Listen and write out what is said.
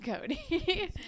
Cody